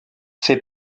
fait